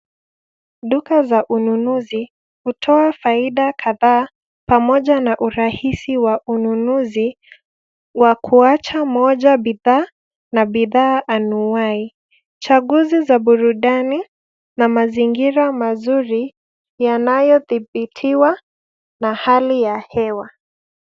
Duka za ununuzi hutoa faida kadhaa pamoja na urahisi wa ununuzi wa kuacha moja bidhaa na bidhaa anuai. Chaguzi za burudani na mazingira mazuri yanayodhibitiwa na hali ya hewa.